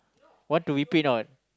want to repeat not